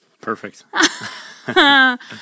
Perfect